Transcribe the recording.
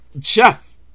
chef